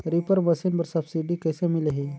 Reaper machine बर subsidy कइसे मिलही?